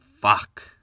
Fuck